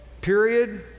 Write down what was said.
period